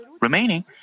remaining